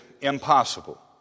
impossible